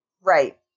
Right